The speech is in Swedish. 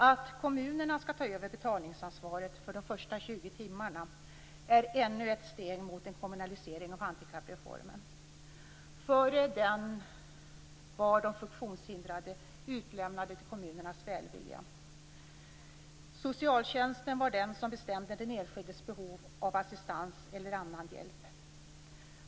Att kommunerna skall ta över betalningsansvaret för de första 20 timmarna är ännu ett steg mot en kommunalisering av handikappreformen. Före den var de funktionshindrade utlämnade till kommunernas välvilja. Socialtjänsten var den som bestämde den enskildes behov av assistans eller annan hjälp.